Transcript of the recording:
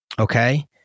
Okay